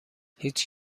هیچ